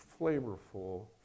flavorful